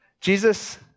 Jesus